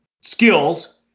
skills